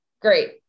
Great